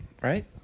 right